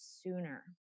sooner